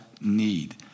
Need